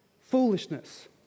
foolishness